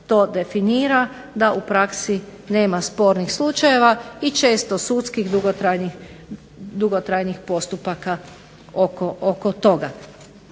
to definira da u praksi nema spornih slučajeve i često sudskih dugotrajnih postupaka oko toga.